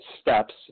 steps